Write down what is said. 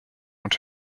und